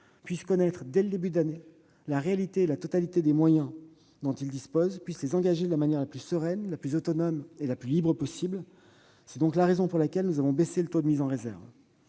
puissent connaître, dès le début d'année, la réalité et la totalité des moyens dont ils disposent, puissent les engager de la manière la plus sereine, la plus autonome et la plus libre possible. C'est ce qui justifie cette baisse du taux de mise en réserve.